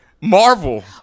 Marvel